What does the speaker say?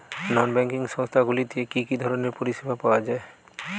নন banking সংস্থা গুলিতে কি কি ধরনের পরিসেবা পাওয়া য়ায়?